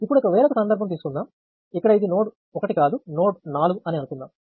ఇప్పుడు వేరొక సందర్భాన్ని తీసుకుందాం ఇక్కడ ఇది నోడ్ 1 కాదు నోడ్ 4 అని అనుకుందాం